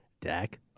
Dak